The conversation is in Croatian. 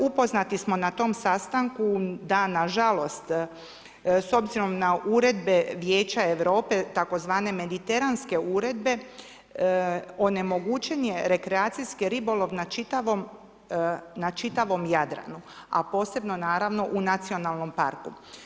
Upoznati smo na tom sastanku da nažalost s obzirom na Uredbe Vijeća Europe tzv. Mediteranske uredbe onemogućen je rekreacijski ribolov na čitavom Jadranu a posebno naravno u nacionalnom parku.